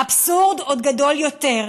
האבסורד עוד גדול יותר,